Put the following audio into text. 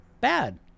bad